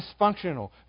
dysfunctional